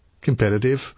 competitive